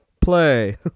Play